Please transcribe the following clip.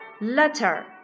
Letter